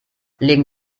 legen